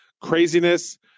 craziness